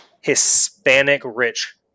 Hispanic-rich